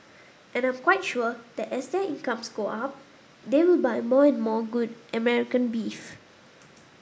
and I am quite sure that as their incomes go up they will buy more and more good American beef